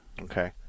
okay